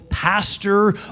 Pastor